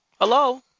hello